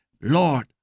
Lord